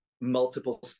multiple